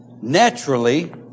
naturally